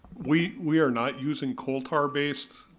we we are not using coal tar based.